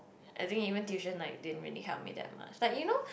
I think even tuition like didn't really help me that like you know